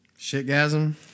Shitgasm